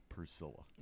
Priscilla